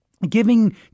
giving